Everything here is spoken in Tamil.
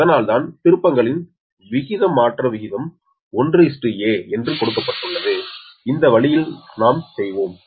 எனவே அதனால்தான் திருப்பங்களின் விகித மாற்ற விகிதம் 1 a என்று கொடுக்கப்பட்டுள்ளது இந்த வழியில் நாங்கள் செய்வோம்